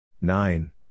Nine